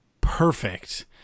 perfect